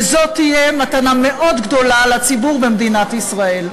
וזאת תהיה מתנה מאוד גדולה לציבור במדינת ישראל.